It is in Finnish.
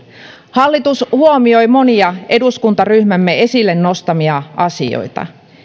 hallitus huomioi monia eduskuntaryhmämme esille nostamia asioita